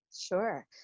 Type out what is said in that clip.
Sure